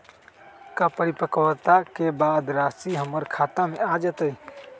का परिपक्वता के बाद राशि हमर खाता में आ जतई?